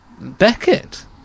Beckett